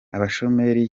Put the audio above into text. abashomeri